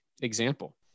example